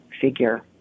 figure